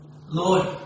Lord